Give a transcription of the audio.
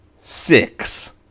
six